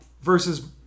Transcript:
Versus